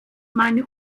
meine